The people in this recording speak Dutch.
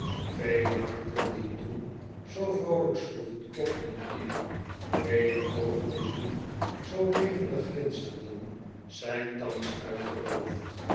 vele harten die toen zoo vroolijk sloegen kloppen niet meer vele oogen die toen zoo levendig glinsterden zijn thans uitgedoofd